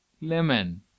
lemon